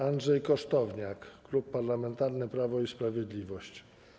Andrzej Kosztowniak, Klub Parlamentarny Prawo i Sprawiedliwość.